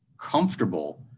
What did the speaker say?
comfortable